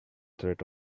threat